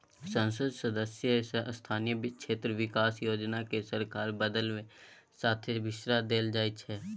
संसद सदस्य स्थानीय क्षेत्र बिकास योजना केँ सरकार बदलब साथे बिसरा देल जाइ छै